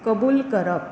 कबूल करप